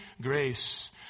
grace